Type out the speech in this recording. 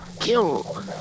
kill